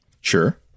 Sure